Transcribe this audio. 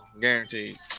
guaranteed